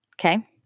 Okay